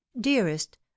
dearest